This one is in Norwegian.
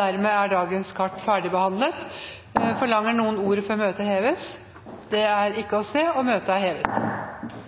Dermed er dagens kart ferdigbehandlet. Forlanger noen ordet før møtet heves? – Møtet er hevet.